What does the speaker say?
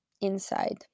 inside